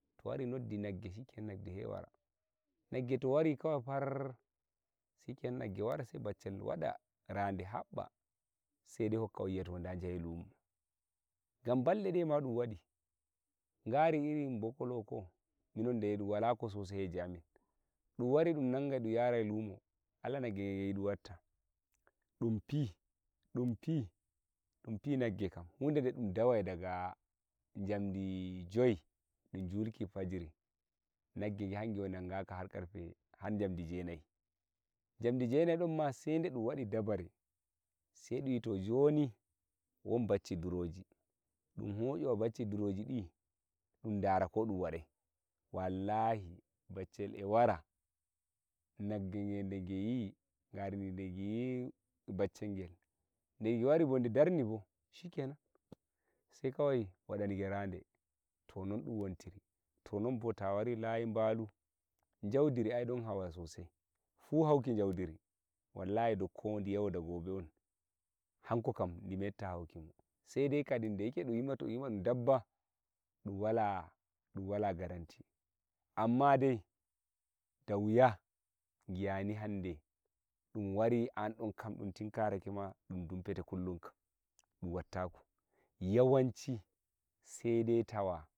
to wari noddi nagge skinenan nagge sai wara nagge to wari sai baccel to wari kawai farrr shikenan nagge wara sei baccel waɗa rade habɓa sei dei hokka on yi'a on da jahe lumo gam balde de ma dum wadi ngari irin bokolo ho ko minon de wala ko sosai ni hoje amin ɗum wari ɗum nanga ɗum yara lumo Allah nagge nge ɗum watta ɗum fi dum fi ɗum fi nagge kam hude de ɗum dawai daga jamdi joyi dum julki fajiri nagge nge hange won nango ka ha karfe ha jamdi jenayi ha jamdi jenayi ɗon ma sei de ɗum wadi dabare sei dum yi to joni won bacci nduroji ɗum hoyowa bacci nduroji din ɗum ɗara ko ɗum waɗai wallahi baccel e wara nagge nge de nge yi gari di de ge yi baccel gel de ngel nde ngel wari bo nde darni bo shikenan sei kawai waɗani ga rade do non ɗum wontiri to non bo ta wari layi balu jaudiri ai don hawa sosai fu hauki jaudiri wallahi dou ko di yau da gobe hanko kam di meddata haukimo sei dai kai da yake dum yima ɗum dabba dum wat ɗum wala amma dai da wuya gi'a ni hande dum wari an ɗon ɗunkam tinkara ke ma ɗum ɗumpete kullum kam ɗum wattake yawanci sei dai tawa